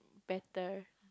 better